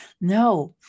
No